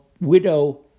widow